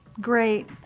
great